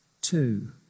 Two